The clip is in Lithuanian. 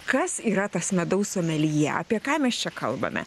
kas yra tas medaus someljė apie ką mes čia kalbame